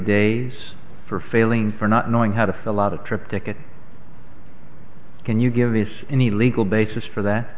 days for failing for not knowing how to fill out a trip ticket can you give this any legal basis for that